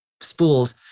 spools